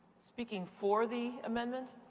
speaking for the amendment?